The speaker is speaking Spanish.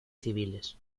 civiles